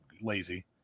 lazy